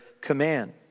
command